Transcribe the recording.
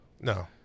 No